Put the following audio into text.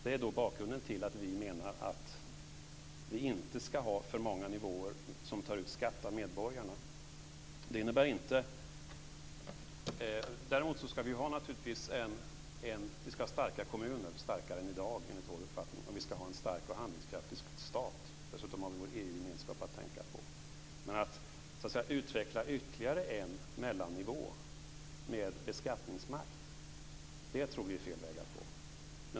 Det är bakgrunden till att vi menar att det inte ska finnas för många nivåer som tar ut skatt av medborgarna. Däremot ska vi naturligtvis ha starka kommuner - starkare än i dag, enligt vår uppfattning - och vi ska ha en stark och handlingskraftig stat. Dessutom har vi vår EU-gemenskap att tänka på. Men vi tror att det är fel väg att gå att utveckla ytterligare en mellannivå med beskattningsmakt.